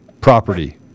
property